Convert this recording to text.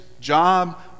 job